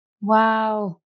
Wow